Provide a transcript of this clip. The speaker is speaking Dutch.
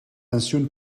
pensioen